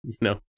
No